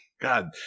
God